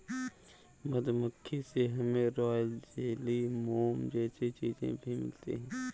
मधुमक्खी से हमे रॉयल जेली, मोम जैसी चीजे भी मिलती है